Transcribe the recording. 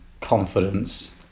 confidence